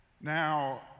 Now